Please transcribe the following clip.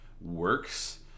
works